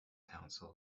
council